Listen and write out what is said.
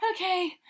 Okay